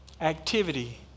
activity